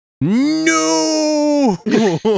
no